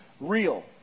real